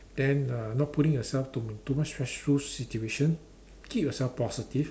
then uh not putting yourself to too much stressful situation keep yourself positive